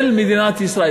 של מדינת ישראל.